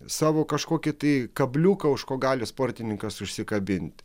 savo kažkokį tai kabliuką už ko gali sportininkas užsikabint